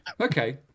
Okay